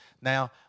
Now